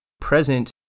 present